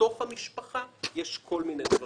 שבתוך המשפחה יש כל מיני דברים,